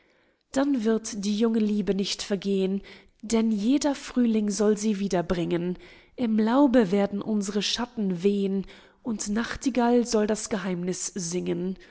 dann wird die junge liebe nicht vergehn denn jeder frühling soll sie wieder bringen im laube werden unsre schatten wehn und nachtigall soll das geheimniß singen